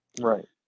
Right